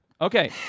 Okay